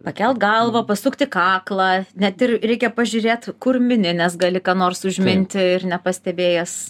pakelt galvą pasukti kaklą net ir reikia pažiūrėt kur mini nes gali ką nors užminti ir nepastebėjęs